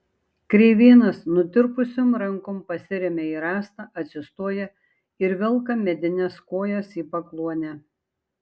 kreivėnas nutirpusiom rankom pasiremia į rąstą atsistoja ir velka medines kojas į pakluonę